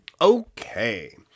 Okay